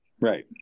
Right